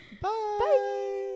Bye